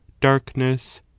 darkness